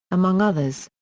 among others.